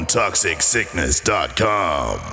toxicsickness.com